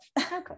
okay